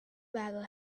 gravel